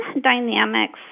dynamics